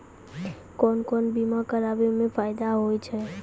कोन कोन बीमा कराबै मे फायदा होय होय छै?